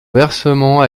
versement